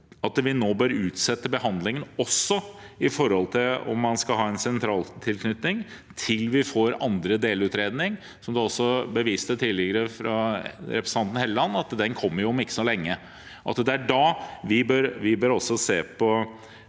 at vi nå bør utsette behandlingen, også når det gjelder om man skal ha en sentraltilknytning, til vi får andre delutredning. Som det også ble vist til tidligere, fra representanten Helleland, kommer den om ikke så lenge. Det er da vi bør se på